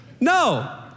No